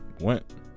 went